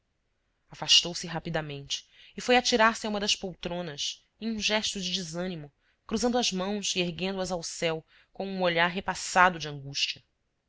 ofegava afastou-se rapidamente e foi atirar-se a uma das poltronas em um gesto de desânimo cruzando as mãos e erguendo as ao céu com um olhar repassado de angústia